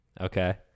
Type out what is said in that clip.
Okay